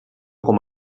com